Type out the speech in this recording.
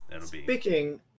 Speaking